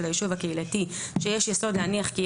זה